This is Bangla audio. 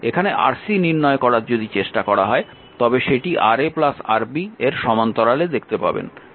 এখানে Rc নির্ণয় করার চেষ্টা করা হয় তবে সেটি Ra Rb এর সমান্তরালে দেখতে পাবেন